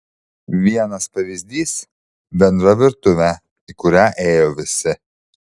vienas pavyzdys bendra virtuvė į kurią ėjo visi